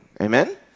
amen